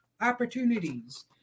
opportunities